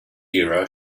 era